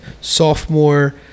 sophomore